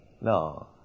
No